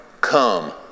come